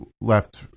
left